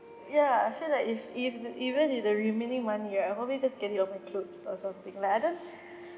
ya I feel like if if even if the remaining money right I'll probably just get rid of my clothes or something like I don't uh